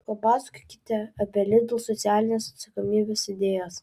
papasakokite apie lidl socialinės atsakomybės idėjas